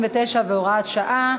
59 והוראת שעה),